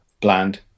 Bland